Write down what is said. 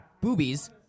boobies